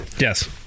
yes